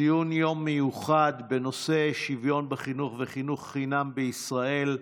ציון יום מיוחד בנושא שוויון בחינוך וחינוך חינם בישראל,